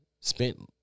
spent